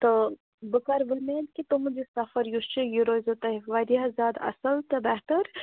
تو بہٕ کَرٕ وۄمید کہِ تُہُنٛد یہِ سَفَر یُس چھِ یہِ روزیو تۄہہِ واریاہ زیادٕ اَصٕل تہٕ بہتَر